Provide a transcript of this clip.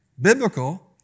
biblical